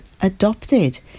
adopted